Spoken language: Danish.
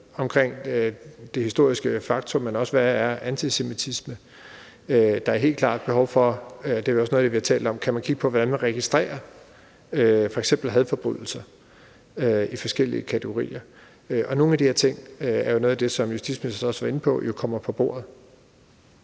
omkring det historiske faktum, men også i, hvad antisemitisme er. Der er helt klart behov for – det er også noget, der bliver talt om – at man kan kigge på, hvordan man registrerer f.eks. hadforbrydelser i forskellige kategorier. Nogle af de her ting er noget af det, der jo, som justitsministeren også var inde på, kommer på bordet.